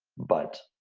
but